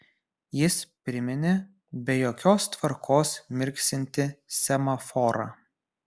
jis priminė be jokios tvarkos mirksintį semaforą